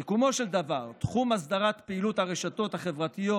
סיכומו של דבר: תחום אסדרת פעילות הרשתות החברתיות,